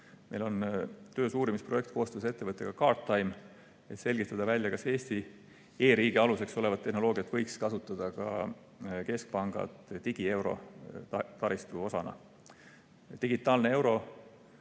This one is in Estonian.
Meil on töös uurimisprojekt koostöös ettevõttega Guardtime, et selgitada välja, kas Eesti e-riigi aluseks olevat tehnoloogiat võiks kasutada ka keskpanga digieurotaristu osana. Digitaalne euro